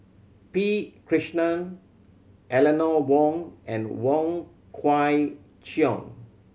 P Krishnan Eleanor Wong and Wong Kwei Cheong